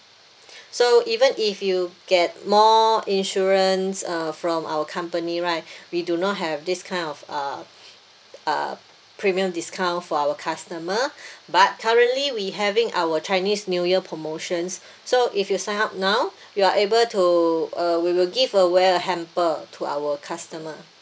so even if you get more insurance uh from our company right we do not have this kind of uh uh premium discount for our customer but currently we having our chinese new year promotions so if you sign up now you are able to uh we will give away a hamper to our customer